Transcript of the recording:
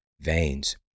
Veins